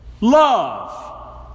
love